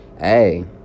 hey